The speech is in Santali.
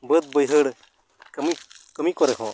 ᱵᱟᱹᱫ ᱵᱟᱹᱭᱦᱟᱹᱲ ᱠᱟᱹᱢᱤ ᱠᱟᱹᱢᱤ ᱠᱚᱨᱮᱦᱚᱸ